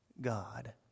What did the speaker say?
God